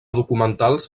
documentals